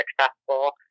successful